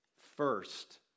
first